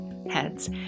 heads